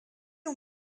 ont